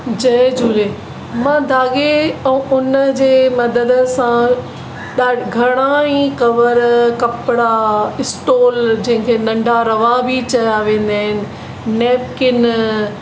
जय झूले मां धागे ऐं ऊन जे मदद सां घणा ई कवर कपिड़ा स्टॉल जंहिंखे नंढा रवां बि चया वेंदा आहिनि नेपकिन